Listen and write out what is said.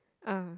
ah